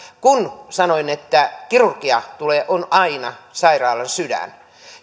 kun sanoin että kirurgia on aina sairaalan sydän